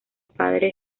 padre